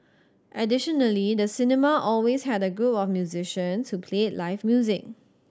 additionally the cinema always had a group of musicians who played live music